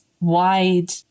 wide